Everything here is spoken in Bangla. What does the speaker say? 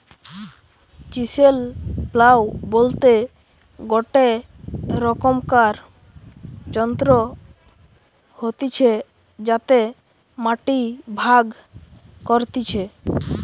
চিসেল প্লাও বলতে গটে রকমকার যন্ত্র হতিছে যাতে মাটি ভাগ করতিছে